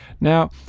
Now